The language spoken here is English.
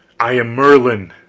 i am merlin!